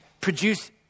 produce